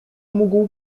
mógł